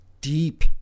deep